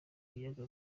biyaga